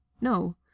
No